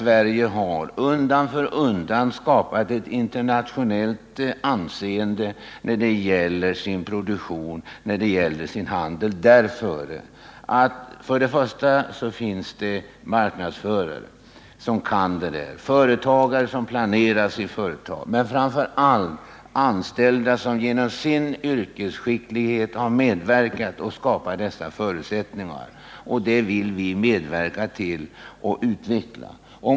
Sverige har undan för undan skapat sig ett internationellt anseende för sin handel och sina varor; vi har marknadsförare som kan det där, företagare som planerar sitt företag och framför allt anställda med stor yrkesskicklighet. Det vill vi medverka till att utveckla.